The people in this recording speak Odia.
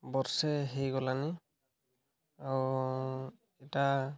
ବର୍ଷେ ହେଇଗଲାଣି ଆଉ ଏଟା